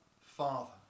father